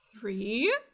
Three